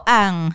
ang